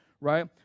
right